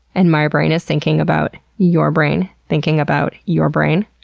and my brain is thinking about your brain, thinking about your brain.